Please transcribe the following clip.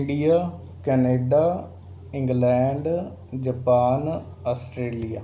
India Canada England Japan Australia